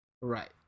Right